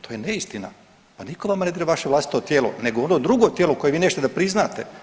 To je neistina, pa nitko vama ne dira vaše vlastito tijelo nego ono drugo tijelo koje vi nećete da priznate.